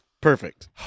Perfect